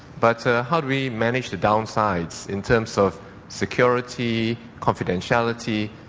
but how do we manage the downsides in terms of security, confidentiality,